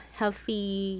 healthy